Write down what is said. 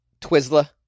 Twizzler